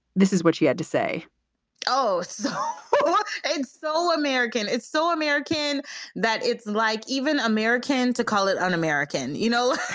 this is what she had to say oh, so but it's so american. it's so american that it's like even american to call it un-american. you know,